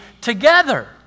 together